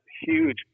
huge